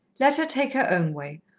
let her take her own way!